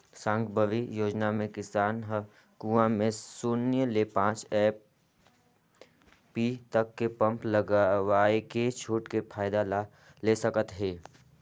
साकम्बरी योजना मे किसान हर कुंवा में सून्य ले पाँच एच.पी तक के पम्प लगवायके छूट के फायदा ला ले सकत है